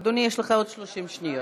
אדוני, יש לך עוד 30 שניות.